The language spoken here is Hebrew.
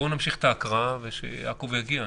נמשיך את ההקראה וכשיעקב אשר יגיע,